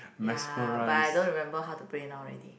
ya but I don't remember how to play now already